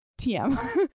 TM